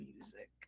music